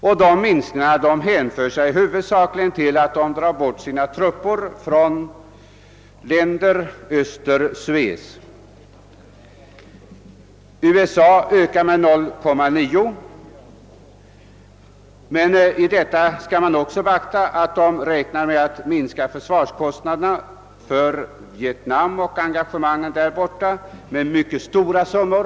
Denna minskning hänför sig huvudsakligen till att England drar bort sina trupper från länderna öster om Suez. USA ökar sina försvarskostnader med 0,9 procent. Därvid bör beaktas att USA räknar med att minska kostnaderna för engagemangen i Vietnam med mycket stora summor.